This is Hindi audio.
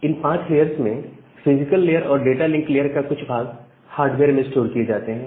इन 5 लेयर्स इसमें फिजिकल लेयर और डाटा लिंक लेयर का कुछ भाग हार्डवेयर में स्टोर किए जाते हैं